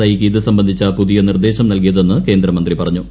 I യ്ക്ക് ഇത് സംബന്ധിച്ച പുതിയ നിർദ്ദേശം നൽകിയതെന്ന് കേന്ദ്രമന്ത്രി പറഞ്ഞൂ